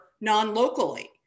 non-locally